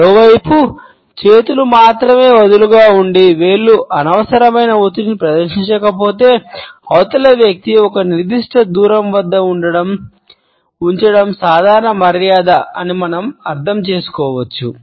మరోవైపు చేతులు మాత్రమే వదులుగా ఉండి వేళ్లు అనవసరమైన ఒత్తిడిని ప్రదర్శించకపోతే అవతలి వ్యక్తిని ఒక నిర్దిష్ట దూరం వద్ద ఉంచడం సాధారణ మర్యాద అని మనం అర్థం చేసుకోవచ్చు